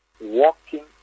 walking